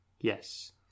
Yes